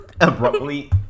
abruptly